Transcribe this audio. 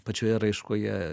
pačioje raiškoje